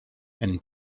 and